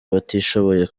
abatishoboye